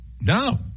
no